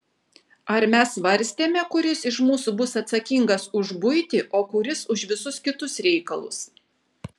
ar mes svarstėme kuris iš mūsų bus atsakingas už buitį o kuris už visus kitus reikalus